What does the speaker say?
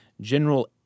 General